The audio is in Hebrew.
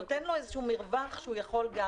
נותן לו איזה מרווח שהוא יכול גם